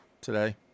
today